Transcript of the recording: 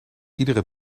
iedere